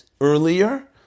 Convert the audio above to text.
earlier